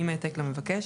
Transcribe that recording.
עם העתק למבקש,